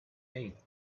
eight